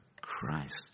Christ